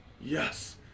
yes